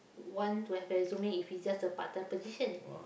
want to have resume if it's just a part-time position